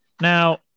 Now